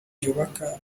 byubaka